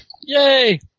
Yay